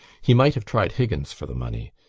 he might have tried higgins for the money,